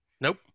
Nope